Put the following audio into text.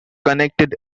connected